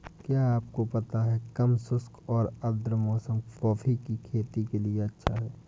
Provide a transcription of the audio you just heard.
क्या आपको पता है कम शुष्क और आद्र मौसम कॉफ़ी की खेती के लिए अच्छा है?